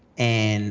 and